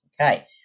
Okay